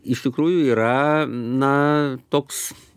iš tikrųjų yra na toks